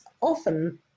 often